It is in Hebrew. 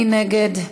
מי נגד?